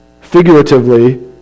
figuratively